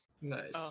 Nice